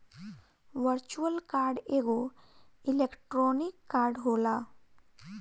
virtual card एगो electronic card होला